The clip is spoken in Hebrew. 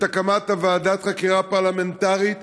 את הקמת ועדת החקירה הפרלמנטרית,